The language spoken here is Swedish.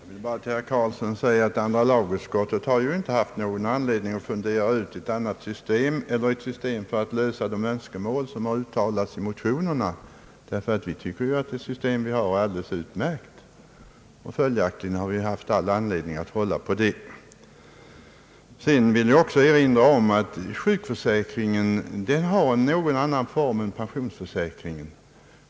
Herr talman! Jag vill bara till herr Carlsson säga att andra lagutskottet inte haft någon anledning att fundera över något annat system eller ett system som skulle kunna lösa de problem som har tagits upp i motionerna, ty vi tycker att det system som finns är utmärkt bra, och vi har följaktligen haft anledning att hålla på det. Jag vill också erinra om att sjukförsäkringen har en någon annan karaktär än pensionsförsäkringen.